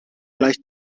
gleich